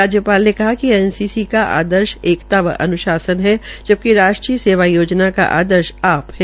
राज्यपाल ने कहा कि एनसीसी का आदर्श एकता व अन्शासन है जबकि राष्ट्रीय सेवा योजना का आदर्श आया है